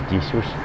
Jesus